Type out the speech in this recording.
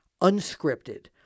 unscripted